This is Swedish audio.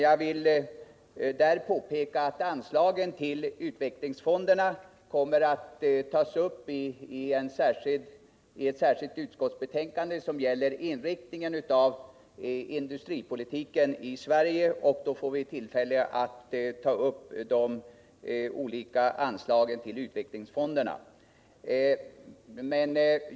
Jag vill här påpeka att anslagen till utvecklingsfonderna kommer att behandlas i ett särskilt betänkande, som gäller inriktningen av industripolitiken i Sverige. När det betänkandet kommer upp till behandling i kammaren får vi tillfälle att diskutera de olika anslagen till utvecklingsfonderna.